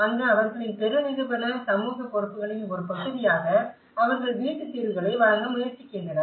அங்கு அவர்களின் பெருநிறுவன சமூக பொறுப்புகளின் ஒரு பகுதியாக அவர்கள் வீட்டு தீர்வுகளை வழங்க முயற்சிக்கின்றனர்